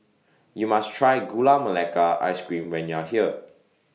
YOU must Try Gula Melaka Ice Cream when YOU Are here